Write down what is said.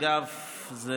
אגב,